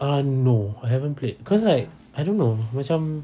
uh no I haven't played cause like I don't know macam